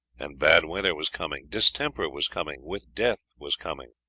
and bad weather was coming, distemper was coming, with death was coming.